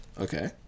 okay